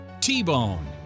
T-Bone